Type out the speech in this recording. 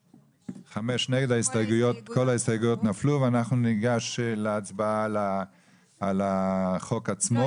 5. הצבעה לא אושר כל ההסתייגויות נפלו ואנחנו ניגש להצבעה על החוק עצמו.